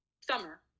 Summer